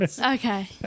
Okay